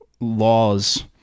laws